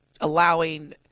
allowing